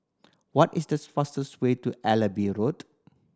what is these fastest way to Allenby Road